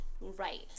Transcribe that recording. right